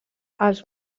els